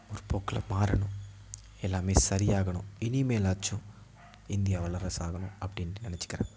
முற்போக்கில் மாறவேணும் எல்லாமே சரியாகணும் இனிமேலாச்சும் இந்தியா வல்லரசு ஆகணும் அப்படின்ட்டு நினச்சிக்கிறேன்